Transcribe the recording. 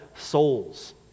souls